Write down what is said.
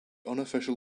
unofficial